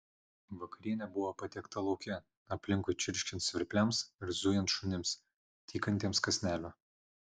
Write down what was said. vakarienė buvo patiekta lauke aplinkui čirškiant svirpliams ir zujant šunims tykantiems kąsnelio